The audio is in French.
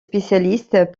spécialistes